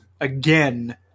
again